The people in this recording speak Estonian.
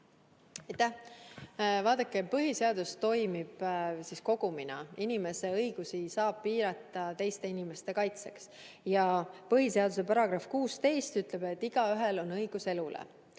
Aitäh! Vaadake, põhiseadus toimib kogumina. Inimese õigusi saab piirata teiste inimeste kaitseks. Põhiseaduse § 16 ütleb, et igaühel on õigus elule.